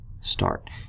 start